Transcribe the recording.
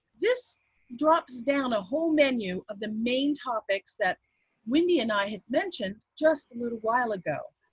this drops down a whole menu of the main topics that wendy and i had mentioned just a little while ago.